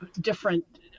different